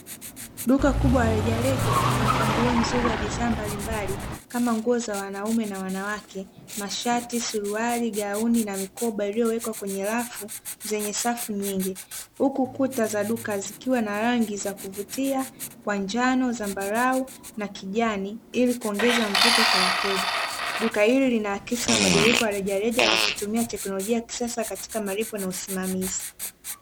Duka kubwa la rejareja, lenye mpangilio mzuri wa bidhaa mbalimbali kama nguo za wanaume na wanawake: mashati, suruali, gauni na mikoba iliyowekwa kwenye rafu zenye safu nyingi. Huku kuta za duka zikiwa na rangi za kuvutia kwa njano, zambarau na kijani ili kuongeza mvuto kwa wateja. Duka hili linaakisi mabadiliko ya rejareja kwa kutumia teknolojia ya kisasa katika malipo na usimamizi.